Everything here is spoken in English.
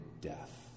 death